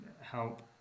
help